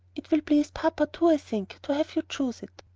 it will please papa too, i think, to have you choose it.